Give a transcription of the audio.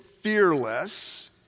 fearless